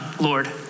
Lord